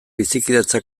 bizikidetza